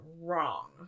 wrong